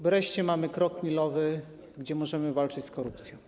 Wreszcie mamy krok milowy - możemy walczyć z korupcją.